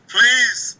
Please